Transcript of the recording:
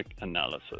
analysis